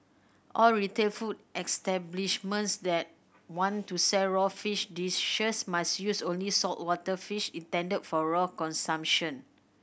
all retail food establishments that want to sell raw fish dishes must use only saltwater fish intended for raw consumption